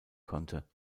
konnte